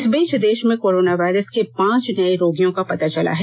इस बीच देश में कोरोना वायरस के पांच नए रोगियों का पता चला है